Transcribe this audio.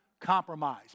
compromise